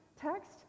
text